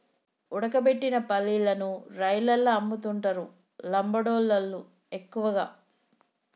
ఉడకబెట్టిన పల్లీలను రైలల్ల అమ్ముతుంటరు లంబాడోళ్ళళ్లు ఎక్కువగా